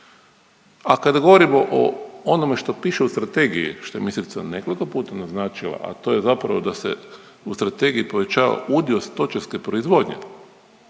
A kada govorimo o onome što piše u strategiji što je ministrica nekoliko puta naznačila, a to je zapravo da se u strategiji povećava udio stočarske proizvodnje,